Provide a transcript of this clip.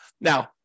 Now